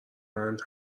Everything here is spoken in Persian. بند